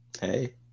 Hey